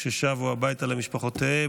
על ששבו הביתה למשפחותיהם,